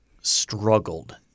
struggled